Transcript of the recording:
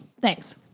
Thanks